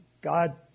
God